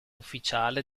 ufficiale